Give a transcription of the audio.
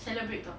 celebrate the